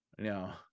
No